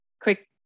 quick